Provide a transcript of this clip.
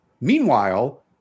meanwhile